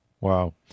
Wow